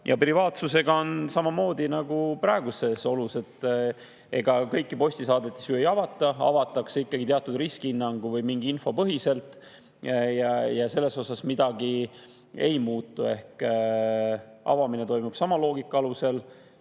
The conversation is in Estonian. Ja privaatsusega on samamoodi nagu praegustes oludes. Kõiki postisaadetisi ju ei avata, avatakse ikkagi teatud riskihinnangu või mingi info põhiselt. Selles mõttes midagi ei muutu. Ehk avamine toimub sama loogika alusel